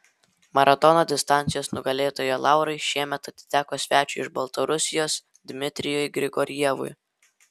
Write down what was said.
maratono distancijos nugalėtojo laurai šiemet atiteko svečiui iš baltarusijos dmitrijui grigorjevui